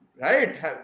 Right